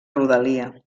rodalia